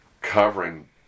covering